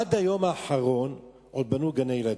עד היום האחרון עוד בנו גני-ילדים.